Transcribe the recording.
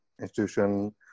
institution